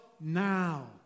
now